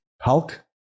Hulk